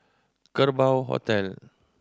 Kerbau Hotel